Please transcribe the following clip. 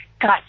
got